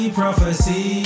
prophecy